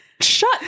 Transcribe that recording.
Shut